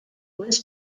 was